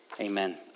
amen